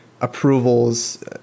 approvals